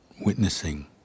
witnessing